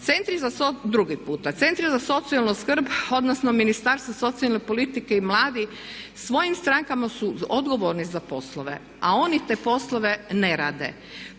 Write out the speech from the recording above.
Centri za socijalnu skrb odnosno Ministarstvo socijalne politike i mladih svojim strankama su odgovorni za poslove. A oni te poslove ne rade